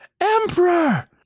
Emperor